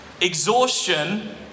Exhaustion